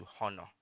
honor